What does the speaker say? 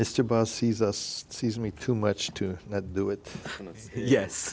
mr buzz sees us sees me too much to do it yes